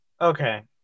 Okay